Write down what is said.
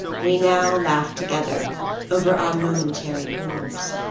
we now laughed together over our momentary horrors.